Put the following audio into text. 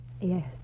Yes